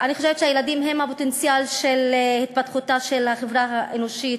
אני חושבת שהילדים הם הפוטנציאל של התפתחותה של החברה האנושית.